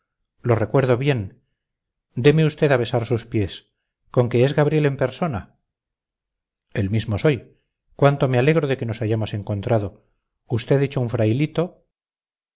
lo recuerdo bien deme usted a besar sus pies conque es gabriel en persona el mismo soy cuánto me alegro de que nos hayamos encontrado usted hecho un frailito